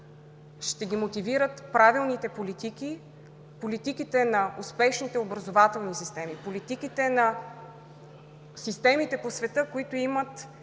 Ще ги мотивират правилните политики, политиките на успешните образователни системи, политиките на системите по света, които имат